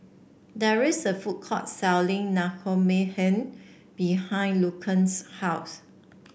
there's a food court selling Naengmyeon behind Lucian's house